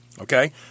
Okay